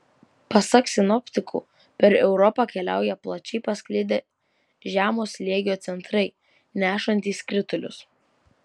pasak sinoptikų per europą keliauja plačiai pasklidę žemo slėgio centrai nešantys kritulius